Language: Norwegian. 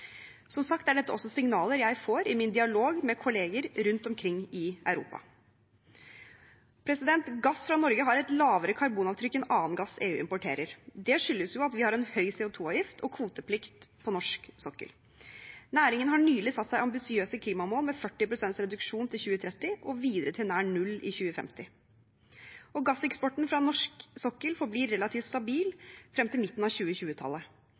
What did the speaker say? Som sagt er dette også signaler jeg får i min dialog med kollegaer rundt omkring i Europa. Gass fra Norge har et lavere karbonavtrykk enn annen gass EU importerer. Det skyldes at vi har høy CO 2 -avgift og kvoteplikt på norsk sokkel. Næringen har nylig satt seg ambisiøse klimamål med 40 pst. reduksjon til 2030 og videre til nær null i 2050. Gasseksporten fra norsk sokkel forblir relativt stabil frem til midten av